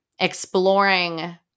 Exploring